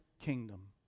kingdom